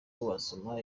wasoma